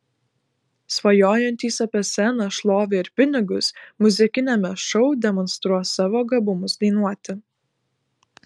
svajojantys apie sceną šlovę ir pinigus muzikiniame šou demonstruos savo gabumus dainuoti